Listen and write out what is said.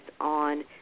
on